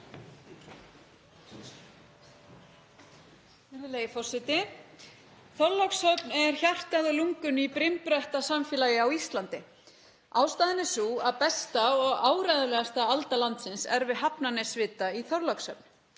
Þorlákshöfn er hjartað og lungun í brimbrettasamfélagi á Íslandi. Ástæðan er sú að besta og áreiðanlegasta alda landsins er við Hafnarnesvita í Þorlákshöfn.